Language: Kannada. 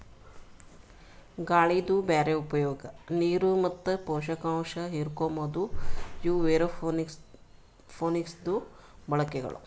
ಗಾಳಿದು ಬ್ಯಾರೆ ಉಪಯೋಗ, ನೀರು ಮತ್ತ ಪೋಷಕಾಂಶ ಹಿರುಕೋಮದು ಇವು ಏರೋಪೋನಿಕ್ಸದು ಬಳಕೆಗಳು